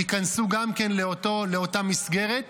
ייכנסו גם כן לאותה מסגרת.